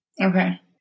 Okay